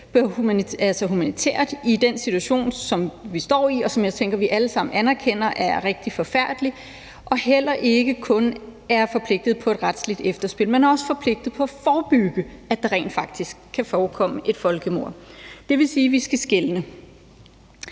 humanitært i den situation, som vi står i, og som jeg tænker vi alle sammen anerkender er rigtig forfærdelig, og heller ikke kun er forpligtet på et retsligt efterspil, men også er forpligtet på at forebygge, at der rent faktisk kan forekomme et folkemord. Det vil sige, at vi skal skelne.